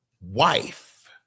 wife